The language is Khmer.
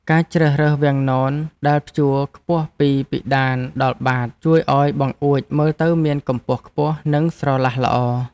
ការជ្រើសរើសវាំងននដែលព្យួរខ្ពស់ពីពិដានដល់បាតជួយឱ្យបង្អួចមើលទៅមានកម្ពស់ខ្ពស់និងស្រឡះល្អ។